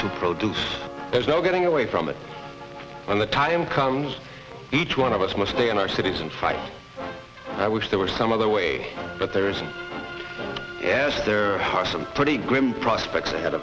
to produce there's no getting away from it when the time comes each one of us must stay in our cities and fight i wish there were some other way but there's yes there are some pretty grim prospect